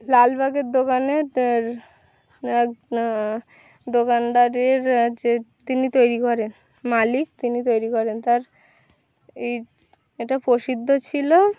লালবাগের দোকানের এক দোকানদারের যে তিনি তৈরি করেন মালিক তিনি তৈরি করেন তার এই এটা প্রসিদ্ধ ছিলো